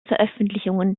veröffentlichungen